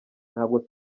ntabwo